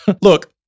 look